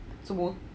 semua